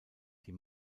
die